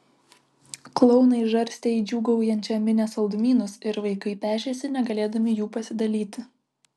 klounai žarstė į džiūgaujančią minią saldumynus ir vaikai pešėsi negalėdami jų pasidalyti